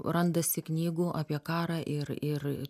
randasi knygų apie karą ir ir